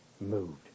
moved